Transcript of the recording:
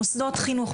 מוסדות חינוך,